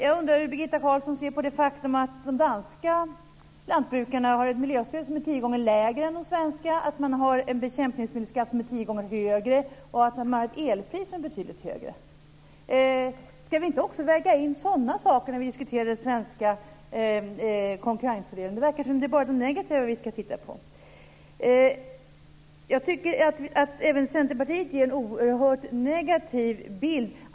Jag undrar hur Birgitta Carlsson ser på de förhållandena att de danska lantbrukarna har ett miljöstöd som bara är tiondelen av det svenska och att de har en bekämpningsmedelsskatt som är tio gånger så hög och ett elpris som är betydligt högre. Ska vi inte väga in också sådana saker när vi diskuterar det svenska konkurrensläget? Det verkar som om vi bara ska titta på de negativa sakerna. Jag tycker att även Centerpartiet ger en oerhört negativ bild.